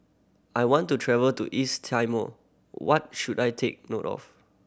I want to travel to East Timor what should I take note of